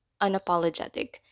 unapologetic